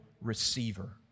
receiver